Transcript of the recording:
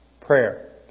prayer